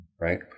right